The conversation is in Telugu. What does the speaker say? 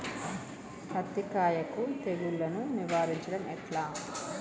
పత్తి కాయకు తెగుళ్లను నివారించడం ఎట్లా?